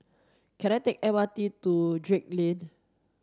can I take the M R T to Drake Lane